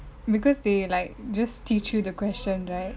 because they like just teach you the question right